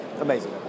Amazing